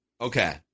Okay